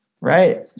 right